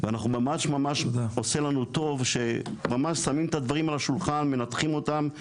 וזה ממש עושה לנו טוב לשמוע איך שמים את הדברים על השולחן ומנתחים אותם.